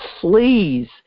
please